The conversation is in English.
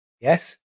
Yes